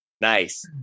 Nice